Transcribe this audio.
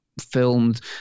filmed